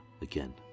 again